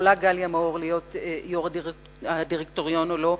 לו היתה שאלה האם יכולה גליה מאור להיות יו"ר הדירקטוריון או לא,